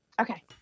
Okay